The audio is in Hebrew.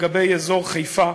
לגבי אזור חיפה,